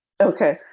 Okay